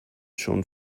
schon